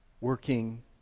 working